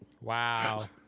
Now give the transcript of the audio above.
wow